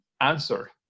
answer